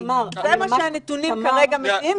מה שהנתונים כרגע מראים.